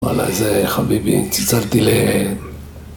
וואלה, איזה... חביבי, צילצלתי ל...